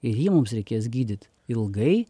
ir jį mums reikės gydyt ilgai